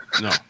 No